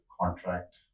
contract